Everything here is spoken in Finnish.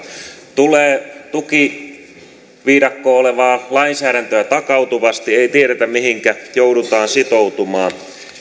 tulee tukiviidakkoa olevaa lainsäädäntöä takautuvasti ei tiedetä mihinkä joudutaan sitoutumaan